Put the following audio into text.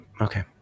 Okay